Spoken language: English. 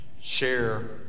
share